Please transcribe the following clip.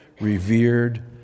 revered